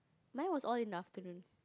mine was all in the afternoon